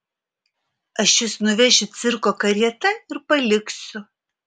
aš jus nuvešiu cirko karieta ir paliksiu